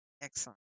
excellent